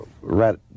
right